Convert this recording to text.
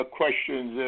questions